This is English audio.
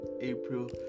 april